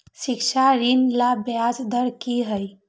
शिक्षा ऋण ला ब्याज दर कि हई?